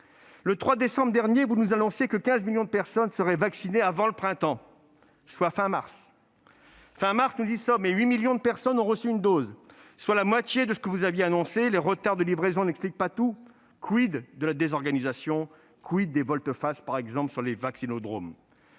Le 3 décembre dernier, vous nous annonciez que 15 millions de personnes seraient vaccinées avant le printemps, soit la fin du mois de mars. Non ! Nous y sommes : 8 millions de personnes ont reçu une dose, soit la moitié de ce que vous aviez annoncé. Les retards de livraison n'expliquent pas tout. de la désorganisation ? des volte-face sur les vaccinodromes ?